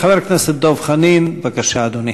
חבר הכנסת דב חנין, בבקשה, אדוני.